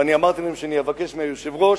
ואני אמרתי להם שאני אבקש מהיושב-ראש,